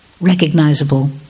recognizable